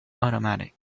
automatic